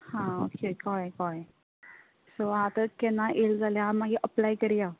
आं ओके कळ्ळें कळ्ळें सो आतां केन्ना येले जाल्यार आमी मागीर एपलाय करया